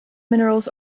minerals